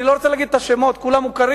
אני לא רוצה להגיד את השמות, כולם מוכרים.